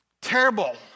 Terrible